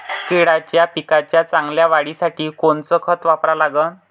केळाच्या पिकाच्या चांगल्या वाढीसाठी कोनचं खत वापरा लागन?